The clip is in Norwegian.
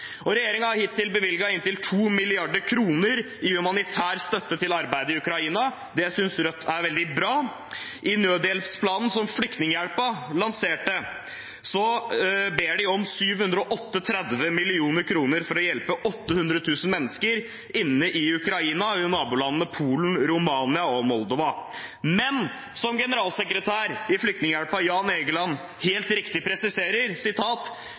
Det synes Rødt er veldig bra. I nødhjelpsplanen som Flyktninghjelpen lanserte, ber de om 738 mill. kr for å hjelpe 800 000 mennesker inne i Ukraina og i nabolandene Polen, Romania og Moldova. Men som generalsekretæren i Flyktninghjelpen, Jan Egeland, helt riktig presiserer: